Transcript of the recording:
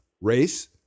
race